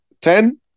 ten